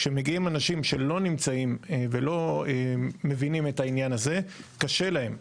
כשמגיעים אנשים שלא נמצאים ולא מבינים את העניין הזה קשה להם.